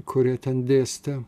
kurie ten dėstė